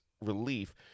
relief